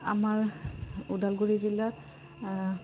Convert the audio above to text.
আমাৰ ওদালগুৰি জিলাত